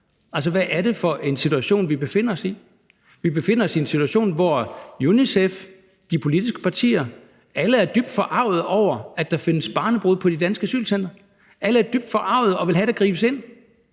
altså hvad det var for en situation, vi befandt os i. Vi befandt os i en situation, hvor UNICEF, de politiske partier, alle var dybt forargede over, at der findes barnebrude på de danske asylcentre. Alle er dybt forargede og vil have, at der gribes ind.